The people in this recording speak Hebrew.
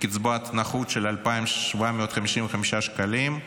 לקצבת נכות של 2,755 שקלים,